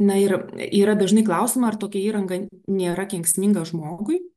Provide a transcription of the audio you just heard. na ir yra dažnai klausiama ar tokia įranga nėra kenksminga žmogui